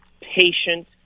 patient